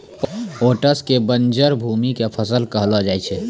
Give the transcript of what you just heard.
oats कॅ बंजर भूमि के फसल कहलो जाय छै